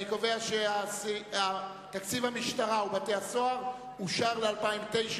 אני קובע שתקציב המשטרה ובתי-הסוהר אושר ל-2009.